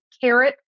carrot